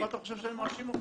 למה אתה חושב שאני מאשים אותך?